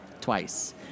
Twice